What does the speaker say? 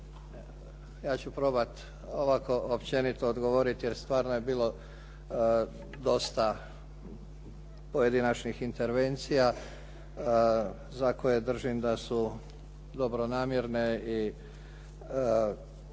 Ja ću probati ovako općenito odgovoriti, jer stvarno je bilo dosta pojedinačnih intervencija za koje držim da su dobronamjerne i u